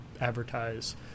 advertise